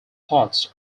plots